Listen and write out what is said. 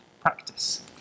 practice